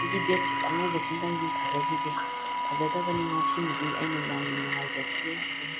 ꯍꯧꯖꯤꯛꯀꯤ ꯕꯦꯠꯁꯤꯗ ꯑꯉꯧꯕꯁꯤꯗꯪꯗꯤ ꯐꯖꯈꯤꯗꯦ ꯐꯖꯗꯕꯅꯤꯅ ꯁꯤꯃꯗꯤ ꯑꯩꯅ ꯌꯥꯝꯅ ꯅꯨꯡꯉꯥꯏꯖꯈꯤꯗꯦ ꯑꯗꯨꯕꯨ